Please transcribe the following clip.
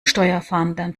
steuerfahndern